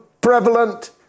prevalent